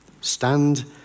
Stand